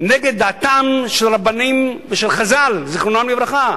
דעתם של רבנים ושל חכמינו זיכרונם לברכה,